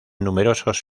numerosos